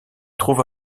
trouve